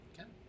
okay